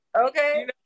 Okay